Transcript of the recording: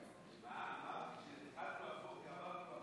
חבריי חברי הכנסת, אנחנו